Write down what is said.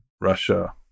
Russia